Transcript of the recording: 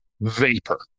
Vapor